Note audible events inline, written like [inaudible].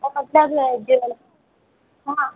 और मतलब [unintelligible] हाँ